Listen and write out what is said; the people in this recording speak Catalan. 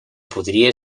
podria